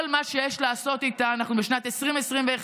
כל מה שיש לעשות איתה, אנחנו בשנת 2021,